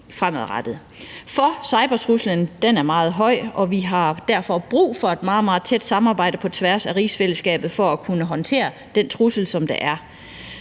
fremadrettet. For cybertruslen er meget høj, og vi har derfor brug for et meget, meget tæt samarbejde på tværs af rigsfællesskabet for at kunne håndtere den trussel, som der er.